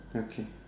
okay